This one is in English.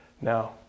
Now